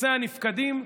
נכסי הנפקדים,